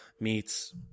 meets